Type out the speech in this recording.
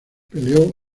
peleó